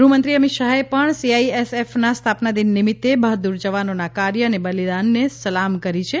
ગૃહમંત્રી અમિત શાહે પણ સીઆઈએસએફના સ્થાપના દિન નિમિત્તે બહાદુર જવાનોના કાર્ય અને બલિદાનને સલામ કરી છે